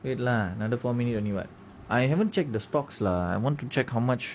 wait lah another four minutes only [what] I haven't check the stocks lah I want to check how much